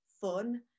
fun